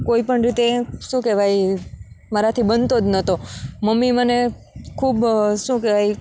કોઈપણ રીતે શું કહેવાય મારાથી બનતો જ નહોતો મમ્મી મને ખૂબ શું કહેવાય